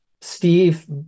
Steve